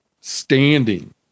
standing